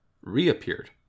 reappeared